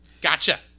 Gotcha